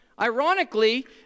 Ironically